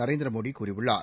நரேந்திர மோடி கூறியுள்ளார்